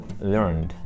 learned